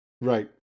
Right